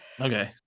Okay